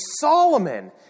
Solomon